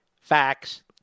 facts